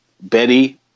Betty